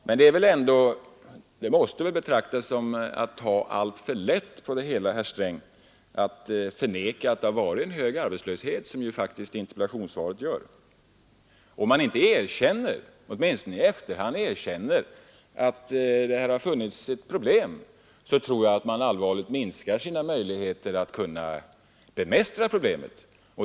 Men att förneka att det varit en hög arbetslöshet måste väl ändå anses vara att ta alltför lätt på det hela, herr Sträng. Om man inte åtminstone i efterhand erkänner att det har funnits problem, så tror jag att man allvarligt minskar sina möjligheter att bemästra problemen.